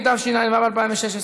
התשע"ו 2016,